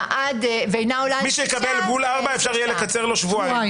מי שיקבל בול ארבעה, אפשר יהיה לקצר לו שבועיים.